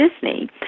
Disney